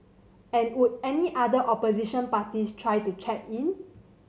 and would any other opposition parties try to chap in